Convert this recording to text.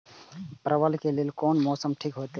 परवल के लेल कोन मौसम ठीक होते?